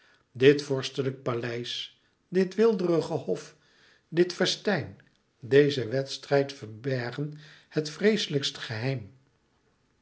dit vorstelijk paleis dit weelderige hof dit festijn deze wedstrijd verbergen het vreeslijkst geheim